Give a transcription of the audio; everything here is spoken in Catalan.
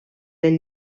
del